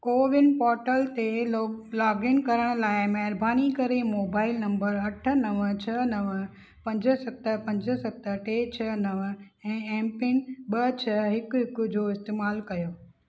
CoWIN portal ते log login करण लाइ महिरबानी करे मोबाइल नंबर अठ नव छह नव पंज सत पंज सत टे छह नव ऐं एमपिन ॿ छह हिकु हिकु जो इस्तेमालु कयो